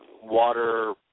water